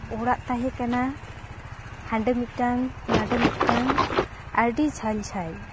ᱚᱲᱟᱜ ᱛᱟᱦᱮᱸᱠᱟᱱᱟ ᱦᱟᱸᱰᱮ ᱢᱤᱫᱴᱟᱝ ᱱᱟᱰᱮ ᱢᱤᱫᱴᱟᱝ ᱟᱹᱰᱤ ᱡᱷᱹᱟᱞ ᱡᱷᱹᱟᱞ